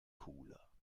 cooler